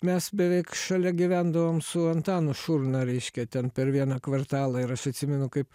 mes beveik šalia gyvendavom su antanu šurna reiškia ten per vieną kvartalą ir aš atsimenu kaip